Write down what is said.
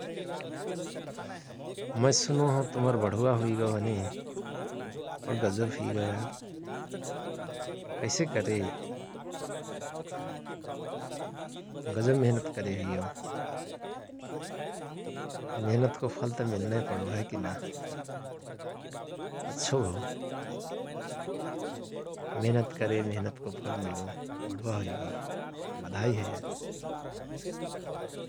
मय सुनो हओं तुम्हर बढुवा हुइगओ हने? वण गजव हुईगओ आर । कैसे करे? गजव मेहनत करे हुईहओ । मेहनतको फल त मिल्नय पाणो हय कि ना? अच्छो भओ । मेहनत करे मेहनतको फल मिलो बढुवा हुइगओ । बधाईहय ।